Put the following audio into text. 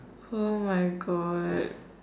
oh my god